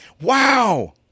wow